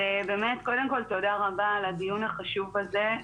אז באמת קודם כל תודה רבה על הדיון החשוב הזה.